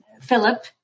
Philip